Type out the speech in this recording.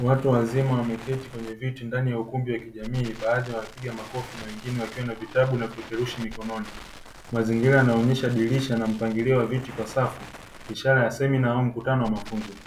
Watu wazima wameketi kwenye viti ndani ya ukumbi wa kijamii, baadhi wanapiga makofi na wengine wakiwa na vitabu na vipeperushi mikononi. Mazingira yanaonyesha dirisha na mpangilio wa viti kwa safu, ishara ya semina au mkutano wa mafunzo.